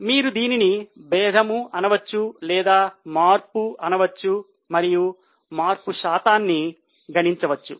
మీరు దీనిని భేదము అనవచ్చు లేదా మార్పు అనవచ్చు మరియు మార్పు శాతాన్ని గణించవచ్చు